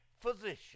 physician